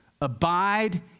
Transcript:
Abide